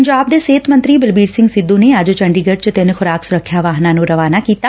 ਪੰਜਾਬ ਦੇ ਸਿਹਤ ਮੰਤਰੀ ਬਲਬੀਰ ਸਿੰਘ ਸਿੱਧੁ ਨੇ ਅੱਜ ਚੰਡੀਗੜ ਚ ਤਿੰਨ ਖੁਰਾਕ ਸੁਰੱਖਿਆ ਵਾਹਨਾਂ ਨੂੰ ਰਵਾਨਾ ਕੀਤਾ